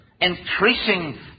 increasing